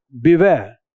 Beware